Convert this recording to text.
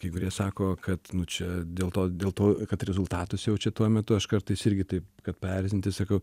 kai kurie sako kad čia dėl to dėl to kad rezultatus jaučia tuo metu aš kartais irgi taip kad paerzinti sakau